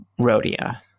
Rhodia